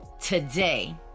today